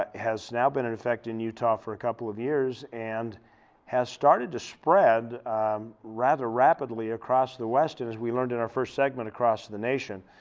ah has now been in effect in utah for a couple of years and has started to spread rather rapidly across the west as we learned in our first segment across the nation,